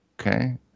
Okay